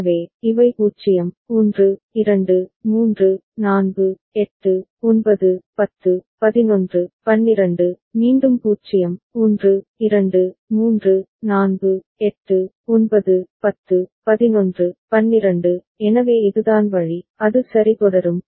எனவே இவை 0 1 2 3 4 8 9 10 11 12 மீண்டும் 0 1 2 3 4 8 9 10 11 12 எனவே இதுதான் வழி அது சரி தொடரும்